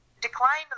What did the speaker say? declined